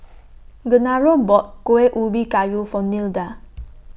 Genaro bought Kueh Ubi Kayu For Nilda